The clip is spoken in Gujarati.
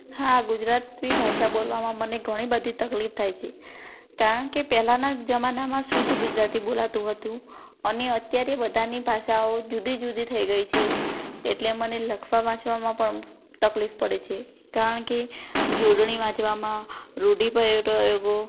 હા ગુજરાતી ભાષા બોલવામાં મને ઘણીબધી તકલીફ થાય છે કારણ કે પહેલાંના જમાનામાં શુદ્ધ ગુજરાતી બોલાતું હતું અને અત્યારે બધાની ભાષાઓ જુદી જુદી થઈ ગઈ છે એટલે મને લખવા વાંચવામાં પણ તકલીફ પડે છે કારણ કે જોડણી વાંચવામાં રૂઢિપ્રયોગો